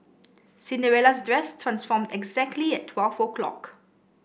Cinderella's dress transformed exactly at twelve o'clock